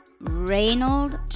Reynold